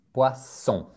Poisson